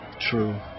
True